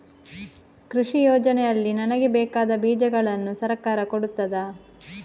ಕೃಷಿ ಯೋಜನೆಯಲ್ಲಿ ನನಗೆ ಬೇಕಾದ ಬೀಜಗಳನ್ನು ಸರಕಾರ ಕೊಡುತ್ತದಾ?